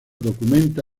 documenta